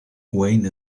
wayne